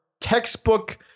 textbook